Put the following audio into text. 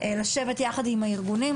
לשבת יחד עם הארגונים,